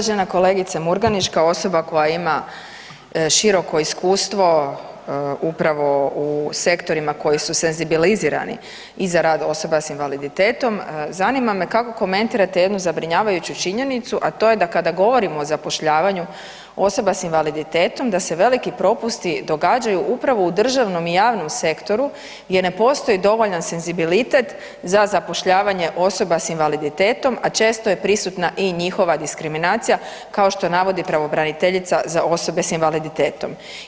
Poštovana kolegice Murganić, kao osoba koja ima široko iskustvo upravo u sektorima koji su senzibilizirani i za rad osoba s invaliditetom, zanima me kako komentirate jednu zabrinjavajuću činjenicu, a to je da kada govorimo o zapošljavanju osoba s invaliditetom da se veliki propusti događaju upravo u državnom i javnom sektoru gdje ne postoji dovoljan senzibilitet za zapošljavanje osoba s invaliditetom, a često je prisutna i njihova diskriminacija kao što navodi pravobraniteljica za osobe s invaliditetom.